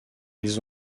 ils